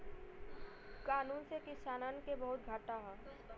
कानून से किसानन के बहुते घाटा हौ